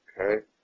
Okay